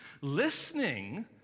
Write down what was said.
listening